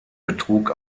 betrug